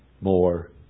more